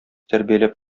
тәрбияләп